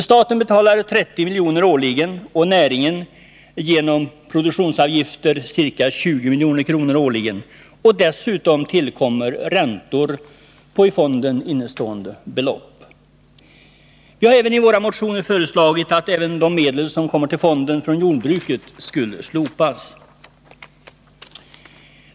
Staten betalar årligen 30 miljoner och näringen genom produktionsavgifter ca 20 miljoner. Dessutom tillkommer räntor på i fonden innestående belopp. Vi har i våra motioner även föreslagit att också de medel som kommer till fonden från jordbruket skulle slopas.